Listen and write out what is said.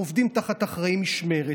הם עובדים תחת אחראי משמרת,